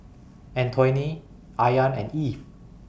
Antoine Ayaan and Eve